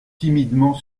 timidement